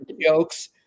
jokes